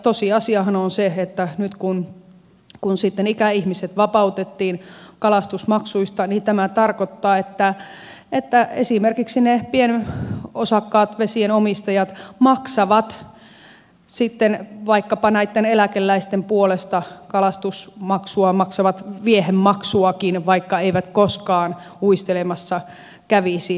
tosiasiahan on se että nyt kun ikäihmiset vapautettiin kalastusmaksuista tämä tarkoittaa että esimerkiksi pienosakkaat vesienomistajat maksavat sitten vaikkapa näitten eläkeläisten puolesta kalastusmaksua ja maksavat viehemaksuakin vaikka eivät koskaan uistelemassa kävisi